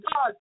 God